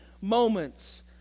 moments